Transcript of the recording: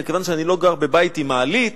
כיוון שאני לא גר בבית עם מעלית,